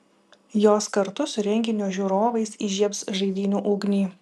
jos kartu su renginio žiūrovais įžiebs žaidynių ugnį